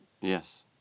yes